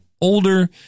older